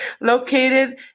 Located